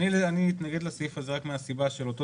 אני אתנגד לסעיף הזה רק מהסיבה של אותו